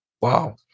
Wow